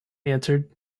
answered